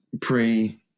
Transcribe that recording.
pre